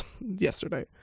yesterday